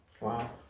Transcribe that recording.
Wow